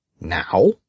Now